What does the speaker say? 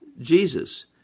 Jesus